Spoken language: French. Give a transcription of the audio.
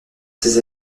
ses